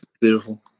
Beautiful